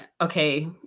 okay